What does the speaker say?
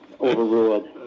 overruled